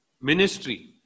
Ministry